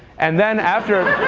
and then after